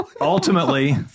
ultimately